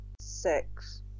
Six